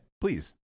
please